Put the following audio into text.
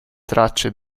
tracce